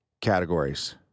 categories